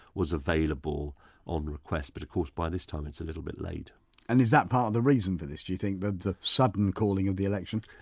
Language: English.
was available on request but of course by this time it's a little bit late and is this part of the reason for this do you think the the sudden calling of the election?